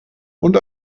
und